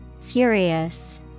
Furious